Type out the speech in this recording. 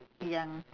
young